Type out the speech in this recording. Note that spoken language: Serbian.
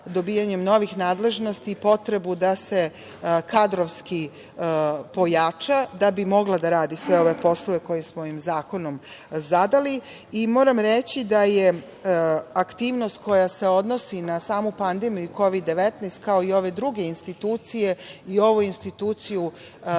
dobijanjem novih nadležnosti, potrebu da se kadrovski pojača da bi mogla da radi sve ove poslove koje smo joj zakonom zadali. Moram reći da je aktivnost koja se odnosi na samu pandemiju Kovid 19, kao i ove druge institucije, i ovu instituciju